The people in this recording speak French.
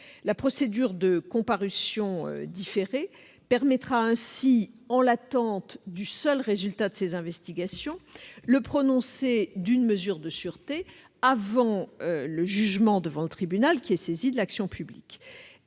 La procédure de comparution différée permettra ainsi, en l'attente du seul résultat de ces investigations, le prononcé d'une mesure de sûreté avant le jugement devant le tribunal saisi de l'action publique.